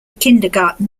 kindergarten